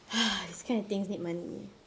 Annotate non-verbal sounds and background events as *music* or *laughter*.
*breath* these kind of things need money